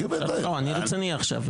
לא, אני רציני עכשיו.